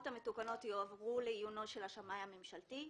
המתוקנות יועברו לעיונו של השמאי הממשלתי,